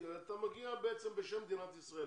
אתה בעצם מגיע בשם מדינת ישראל,